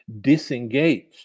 disengaged